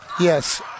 Yes